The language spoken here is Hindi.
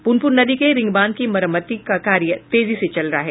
पुनपुन नदी के रिंगबांध की मरम्मती का कार्य तेजी से चल रहा है